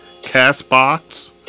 CastBox